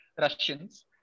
Russians